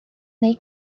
neu